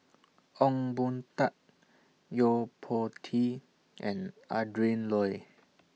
Ong Boon Tat Yo Po Tee and Adrin Loi